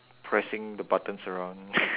pressing the buttons around